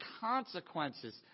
consequences